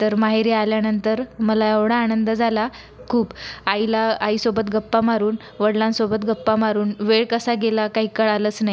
तर माहेरी आल्यानंतर मला एवढा आनंद झाला खूप आईला आईसोबत गप्पा मारून वडिलांसोबत गप्पा मारून वेळ कसा गेला काही कळलंच नाही